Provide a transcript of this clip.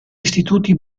istituti